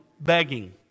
begging